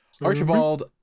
Archibald